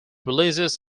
releases